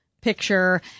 picture